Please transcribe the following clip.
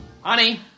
Honey